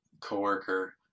coworker